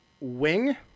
Wing